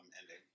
ending